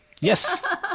yes